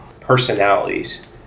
personalities